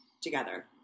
together